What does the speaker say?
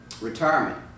retirement